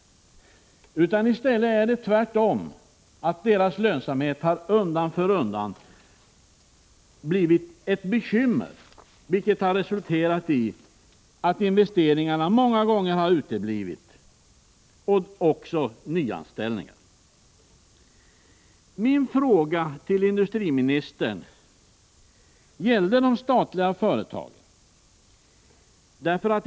Det är i stället tvärtom: deras lönsamhet har undan för undan blivit ett bekymmer, vilket har resulterat i att investeringarna och också nyanställningarna många gånger uteblivit. Min fråga till industriministern gällde de statliga företagen.